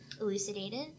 elucidated